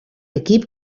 equip